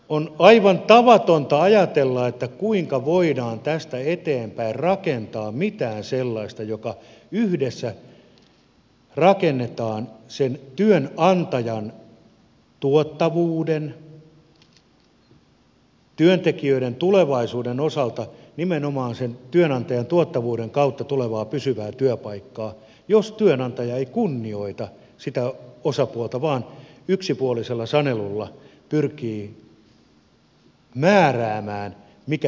on aivan tavatonta ajatella että kuinka voidaan tästä eteenpäin rakentaa mitään sellaista joka yhdessä rakennetaan työnantajan tuottavuuden työntekijöiden tulevaisuuden osalta nimenomaan sen työnantajan tuottavuuden kautta tulevaa pysyvää työpaikkaa jos työnantaja ei kunnioita sitä osapuolta vaan yksipuolisella sanelulla pyrkii määräämään mikä hyväksi on